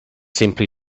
simply